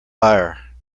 higher